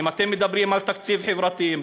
אם אתם מדברים על תקציב חברתי,